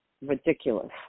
ridiculous